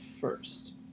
first